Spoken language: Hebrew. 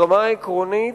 ברמה העקרונית,